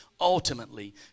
Ultimately